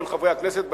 אל חברי הכנסת,